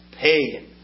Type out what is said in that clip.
pagan